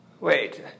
Wait